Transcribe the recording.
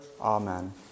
Amen